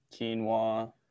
quinoa